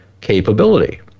capability